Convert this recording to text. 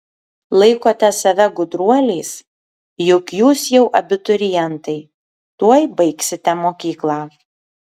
laikote save gudruoliais juk jūs jau abiturientai tuoj baigsite mokyklą